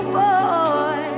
boy